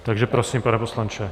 Takže, prosím, pane poslanče.